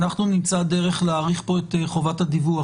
אנחנו נמצא דרך להאריך פה את חובת הדיווח.